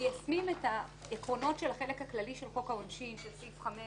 מיישמים את העקרונות של החלק הכללי של חוק העונשין של סעיף 5